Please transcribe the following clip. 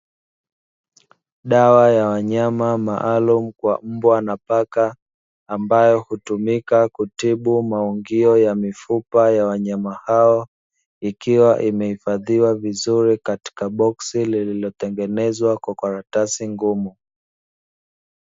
Dawa ya wanyama maalumu kwa mbwa na paka, ambayo hutumika kutibu maungio ya mifupa ya wanyama hao, ikiwa imehifadhiwa vizuri katika boksi lililo tengenezwa kwa karatasi ngumu.